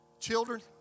children